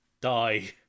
DIE